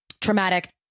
traumatic